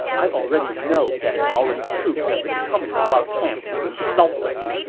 i already know that cao ren's troops have been coming to our camp to insult us.